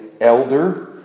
elder